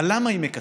אבל למה היא מקצצת?